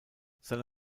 seine